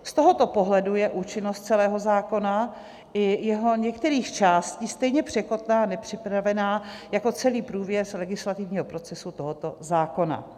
Z tohoto pohledu je účinnost celého zákona i jeho některých částí stejně překotná a nepřipravená jako celý průběh legislativního procesu tohoto zákona.